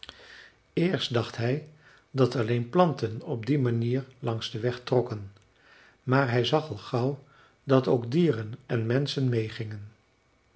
eerst dacht hij dat alleen planten op die manier langs den weg trokken maar hij zag al gauw dat ook dieren en menschen meêgingen